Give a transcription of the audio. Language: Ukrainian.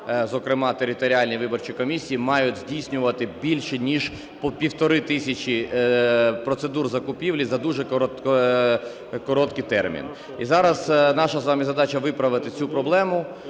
зокрема, територіальні виборчі комісії мають здійснювати більше ніж по півтори тисячі процедур закупівлі за дуже короткий термін. І зараз наша з вами задача виправити цю проблему: